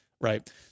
Right